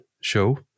show